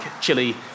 chili